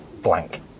blank